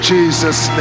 Jesus